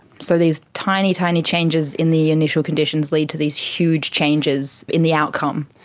so these tiny, tiny changes in the initial conditions lead to these huge changes in the outcome.